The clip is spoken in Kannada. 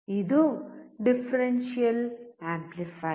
ಇದು ಡಿಫರೆನ್ಷಿಯಲ್ ಆಂಪ್ಲಿಫಯರ್